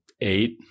eight